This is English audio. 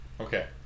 Okay